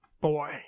boy